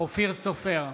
אופיר סופר,